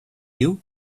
you